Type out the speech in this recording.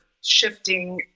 shifting